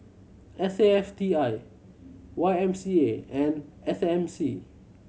S A F T I Y M C A and S M C